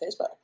Facebook